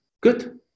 Good